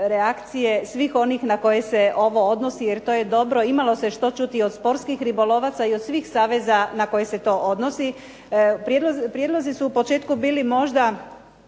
reakcije svih onih na koje se ovo odnosi jer to je dobro. Imalo se što čuti i od sportskih ribolovaca i od svih saveza na koje se to odnosi. Prijedlozi su u početku bili možda,